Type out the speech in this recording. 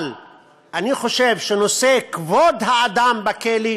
אבל אני חושב שנושא כבוד האדם בכלא,